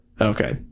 okay